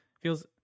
feels